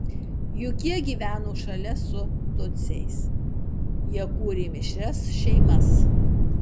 juk jie gyveno šalia su tutsiais jie kūrė mišrias šeimas